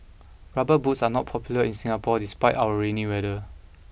rubber boots are not popular in Singapore despite our rainy weather